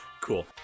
Cool